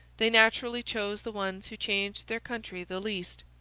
they naturally chose the ones who changed their country the least.